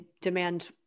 demand